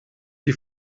die